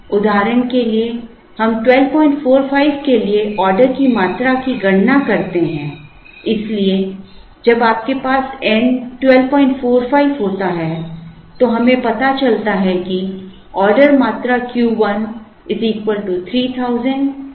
उदाहरण के लिए हम 1245 के लिए ऑर्डर की मात्रा की गणना करते हैं इसलिए जब आपके पास n 1245 होता है तो हमें पता चलता है कि ऑर्डर मात्रा Q 1 3000 1245 होती है